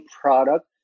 product